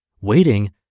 waiting